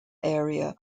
area